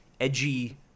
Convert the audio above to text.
edgy